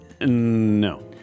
No